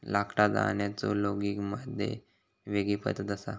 लाकडा जाळण्याचो लोगिग मध्ये वेगळी पद्धत असा